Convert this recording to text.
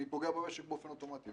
אני פוגע במשק באופן אוטומטי.